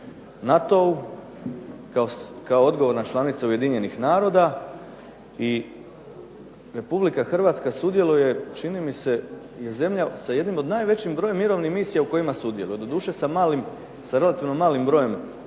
NATO-u, kao odgovorna članica UN-a i RH sudjeluje, čini mi se, i zemlja sa jednim od najvećim brojem mirovnih misija u kojima sudjeluje. Doduše sa malim, sa relativno malim brojem